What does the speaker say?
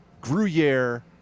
Gruyere